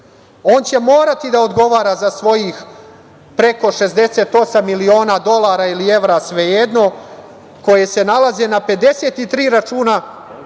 On će morati da odgovara za svojih preko 68 miliona dolara ili evra, svejedno, koje se nalaze na 53 računa